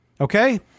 Okay